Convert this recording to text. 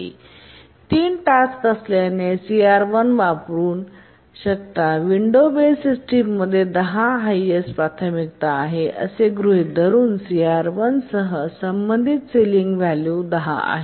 आणि तीन टास्क असल्याने CR1 चा वापर करू शकता विंडो बेस्ड सिस्टमप्रमाणेच 10 हायेस्टप्राथमिकता आहे असे गृहित धरून CR1 सह संबंधित सिलिंग व्हॅल्यू 10 आहे